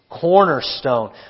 cornerstone